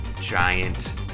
giant